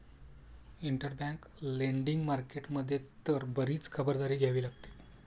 interbank lending market मध्ये तर बरीच खबरदारी घ्यावी लागते